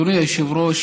אדוני היושב-ראש,